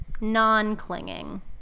non-clinging